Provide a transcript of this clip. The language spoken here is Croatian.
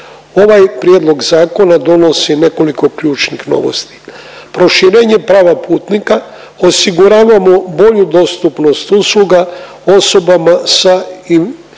Ovaj prijedlog zakona donosi nekoliko ključnih novosti proširenje prava putnika, osiguravamo bolju dostupnost usluga osobama sa